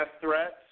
threats